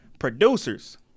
Producers